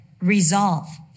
resolve